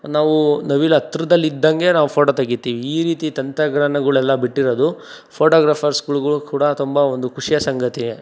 ನಾವು ನವಿಲು ಹತ್ರದಲ್ಲಿದ್ದಂಗೆ ನಾವು ಫೋಟೋ ತೆಗಿತೀವಿ ಈ ರೀತಿ ತಂತ್ರಜ್ಞಾನಗುಳೆಲ್ಲ ಬಿಟ್ಟಿರೋದು ಫೋಟೋಗ್ರಾಫರ್ಸ್ಗಳ್ಗು ಕೂಡ ತುಂಬ ಒಂದು ಖುಷಿಯ ಸಂಗತಿ